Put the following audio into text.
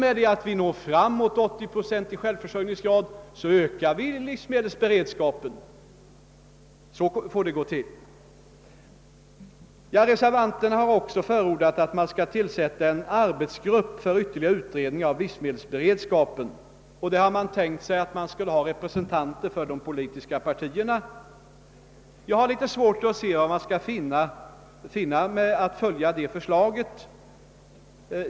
I och med att vi når fram till en 80-procentig självförsörjningsgrad får vi öka livsmedelsberedskapen. : Reservanterna har också förordat att en särskild arbetsgrupp skall tillsättas för utredning av livsmedelsberedskapen, och man har tänkt sig att däri skall ingå representanter för de politiska partierna. Jag har svårt att ansluta mig till detta förslag.